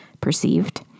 perceived